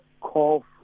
Cough